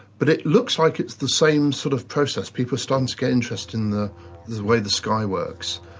but it looks like it's the same sort of process, people starting to get interested in the way the sky works.